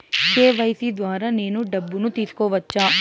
KYC ద్వారా నేను డబ్బును తీసుకోవచ్చా?